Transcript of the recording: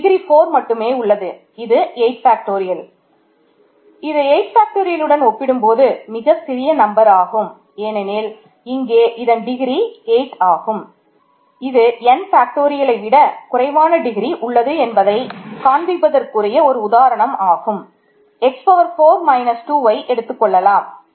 நமக்கு டிகிரி 2 வை எடுத்துக்கொள்ளலாம்